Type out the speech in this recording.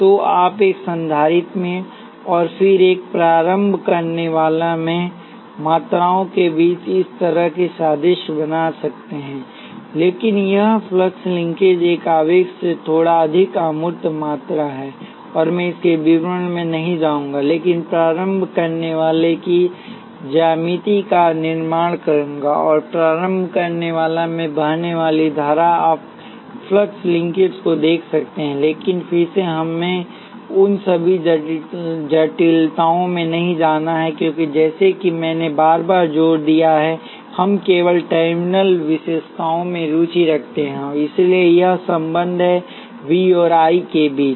तो आप एक संधारित्र में और फिर एक प्रारंभ करनेवाला में मात्राओं के बीच इस तरह की सादृश्य बना सकते हैं लेकिन यह फ्लक्स लिंकेज एक आवेश से थोड़ा अधिक अमूर्त मात्रा है और मैं इसके विवरण में नहीं जाऊंगा लेकिन प्रारंभ करनेवाला की ज्यामिति का निर्माण करूंगा और प्रारंभ करनेवाला में बहने वाली धारा आप फ्लक्स लिंकेज को देख सकते हैं लेकिन फिर से हमें उन सभी जटिलताओं में नहीं जाना है क्योंकि जैसा कि मैंने बार बार जोर दिया है हम केवल टर्मिनल विशेषताओं में रुचि रखते हैं इसलिए यह संबंध है वी और आई के बीच